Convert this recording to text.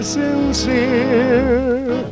sincere